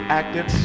acted